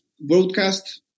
broadcast